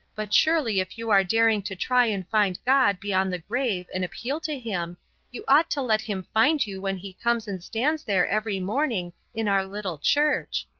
but surely if you are daring to try and find god beyond the grave and appeal to him you ought to let him find you when he comes and stands there every morning in our little church.